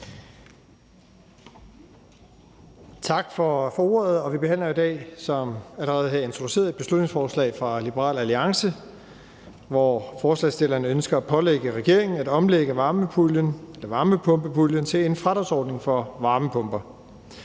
Tak for ordet. Vi behandler i dag, som det allerede er introduceret, et beslutningsforslag fra Liberal Alliance, hvor forslagsstillerne ønsker at pålægge regeringen at omlægge varmepumpepuljen til en fradragsordning for varmepumper.